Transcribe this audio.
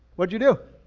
what'd you do?